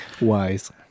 Wise